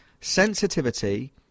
sensitivity